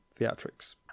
theatrics